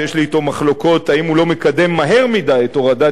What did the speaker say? שיש לי אתו מחלוקות האם הוא לא מקדם מהר מדי את הורדת